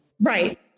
Right